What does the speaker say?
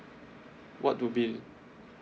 what do be